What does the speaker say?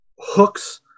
hooks